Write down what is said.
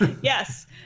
Yes